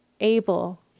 able